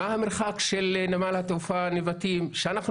מה המרחק של נמל התעופה נבטים שאנחנו